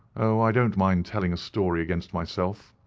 oh, i don't mind telling a story against myself.